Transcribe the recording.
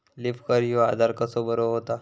Leaf curl ह्यो आजार कसो बरो व्हता?